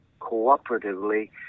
cooperatively